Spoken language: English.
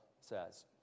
says